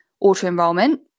auto-enrollment